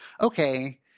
Okay